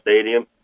stadium